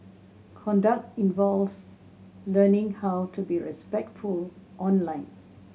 conduct involves learning how to be respectful online